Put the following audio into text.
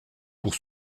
pour